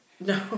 No